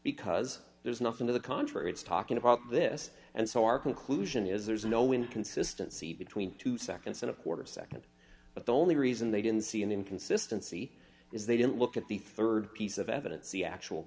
because there's nothing to the contrary it's talking about this and so our conclusion is there's no inconsistency between two seconds and a quarter nd but the only reason they didn't see an inconsistency is they didn't look at the rd piece of evidence the actual